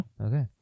Okay